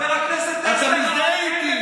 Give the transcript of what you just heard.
אתה מזדהה איתי.